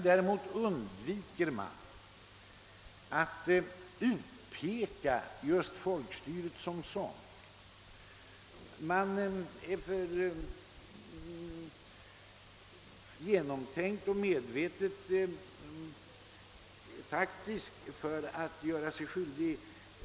Däremot undviker man att direkt utpeka just folkstyret, eftersom propagandan är väl genomtänkt och man är alltför medvetet taktisk för att göra sig skyldig till ett sådant felgrepp.